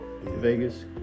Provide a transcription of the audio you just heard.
Vegas